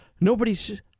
Nobody's